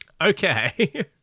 Okay